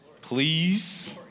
please